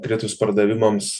kritus pardavimams